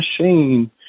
machine